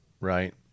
right